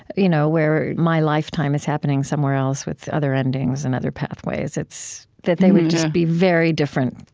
you know where my lifetime is happening somewhere else, with other endings and other pathways. it's that they would just be very different,